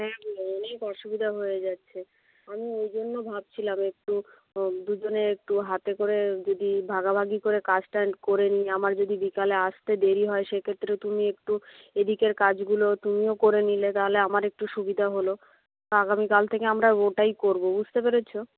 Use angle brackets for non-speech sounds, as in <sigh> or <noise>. হ্যাঁ গো অনেক অসুবিধা হয়ে যাচ্ছে আমি ওই জন্য ভাবছিলাম একটু <unintelligible> দুজনে একটু হাতে করে যদি ভাগাভাগি করে কাজ <unintelligible> করে নিই আমার যদি বিকেলে আসতে দেরি হয় সেক্ষেত্রে তুমি একটু এদিকের কাজগুলো তুমিও করে নিলে তাহলে আমার একটু সুবিধা হলো আগামীকাল থেকে আমরা ওটাই করব বুঝতে পেরেছ